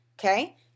okay